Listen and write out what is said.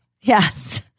Yes